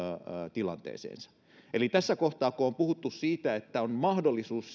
tilanteeseensa eli tässä kohtaa kun on puhuttu siitä että on mahdollisuus